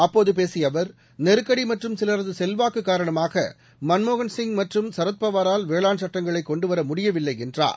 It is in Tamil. அப்போது பேசிய அவர் நெருக்கடி மற்றும் சிலரது செல்வாக்கு காரணமாக மன்மோகன்சிங் மற்றும் சரத்பவாரால் வேளாண் சட்டங்களைக் கொண்டுவர முடியவில்லை என்றார்